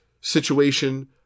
situation